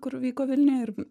kur vyko vilniuje ir